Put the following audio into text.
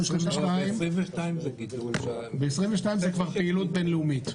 ב-2022 זו פעילות בין-לאומית.